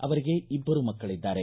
ಅವರಿಗೆ ಇಬ್ದರು ಮಕ್ಕಳದ್ದಾರೆ